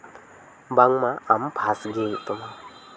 ᱵᱟᱝᱢᱟ ᱟᱢ ᱯᱟᱥ ᱜᱮ ᱦᱩᱭᱩᱜ ᱛᱟᱢᱟ